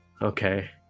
Okay